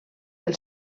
del